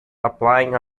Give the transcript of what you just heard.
applying